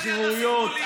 שכירויות,